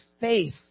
faith